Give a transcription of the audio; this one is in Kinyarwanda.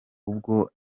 ubwo